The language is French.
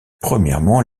premièrement